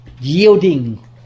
yielding